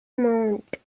mount